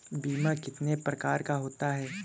बीमा कितने प्रकार का होता है?